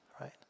right